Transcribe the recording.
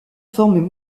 forme